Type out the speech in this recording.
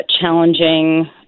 challenging